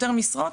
יותר משרות